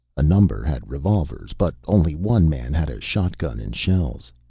a number had revolvers, but only one man had a shotgun and shells.